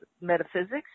metaphysics